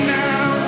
now